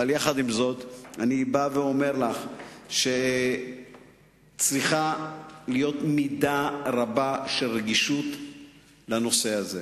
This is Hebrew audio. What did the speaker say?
אני בא ואומר לך שצריכה להיות מידה רבה של רגישות בנושא הזה,